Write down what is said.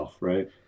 right